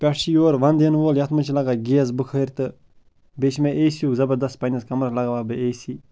پٮ۪ٹھ چھِ یورٕ ونٛدٕ یِنہٕ وول یَتھ منٛز چھِ لَگان گیس بُخٲرۍ تہٕ بیٚیہِ چھِ مےٚ اے سی یُک زبردست پنٛنِس کَمرَس لَگاوہا بہٕ اے سی